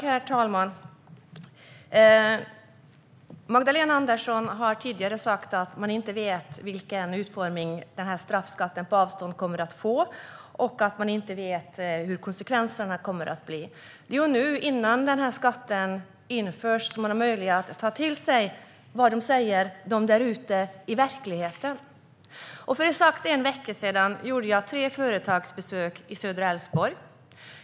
Herr talman! Magdalena Andersson har tidigare sagt att man inte vet vilken utformning straffskatten på avstånd kommer att få och att man inte vet vad konsekvenserna kommer att bli. Det är ju nu innan skatten införs man har möjlighet att ta till sig vad de där ute i verkligheten säger. För exakt en vecka sedan gjorde jag tre företagsbesök i Södra Älvsborg.